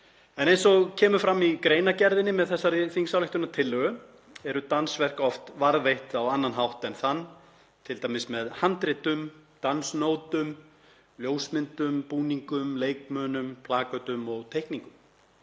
en eins og kemur fram í greinargerðinni með þessari þingsályktunartillögu eru dansverk oft varðveitt á annan hátt en þann, t.d. með handritum, dansnótum, ljósmyndum, búningum, leikmunum, plakötum og teikningum.